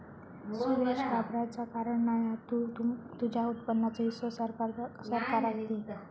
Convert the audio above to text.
सुरेश घाबराचा कारण नाय हा तु तुझ्या उत्पन्नाचो हिस्सो सरकाराक दे